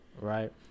Right